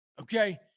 Okay